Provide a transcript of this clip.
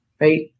Right